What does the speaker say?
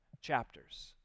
chapters